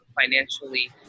financially